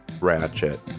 ratchet